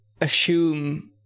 assume